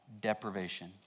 deprivation